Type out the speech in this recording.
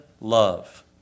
love